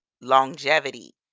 longevity